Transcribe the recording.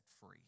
free